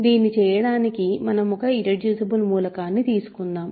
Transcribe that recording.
దీన్ని చేయడానికి మనం ఒక ఇర్రెడ్యూసిబుల్ మూలకాన్ని తీసుకుందాం